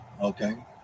Okay